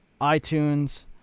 iTunes